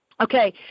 Okay